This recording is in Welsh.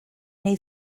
neu